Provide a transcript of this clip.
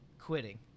quitting